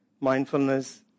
mindfulness